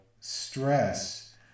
stress